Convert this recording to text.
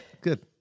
good